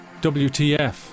WTF